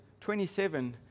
27